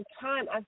time